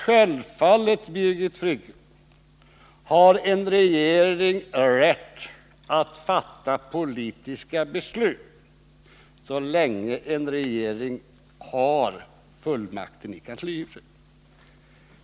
Självfallet, Birgit Friggebo, har en regering rätt att fatta politiska beslut så länge en regering har fullmakten i kanslihuset.